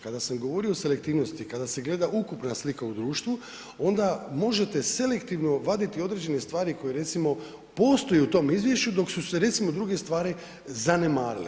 Kada sam govorio o selektivnosti, kada se gleda ukupna slika u društvu, onda možete selektivno vaditi određene stvari koje recimo, postoje u tom izvješću dok su se recimo, druge stvari, zanemarile.